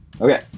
Okay